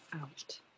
out